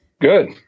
Good